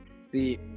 See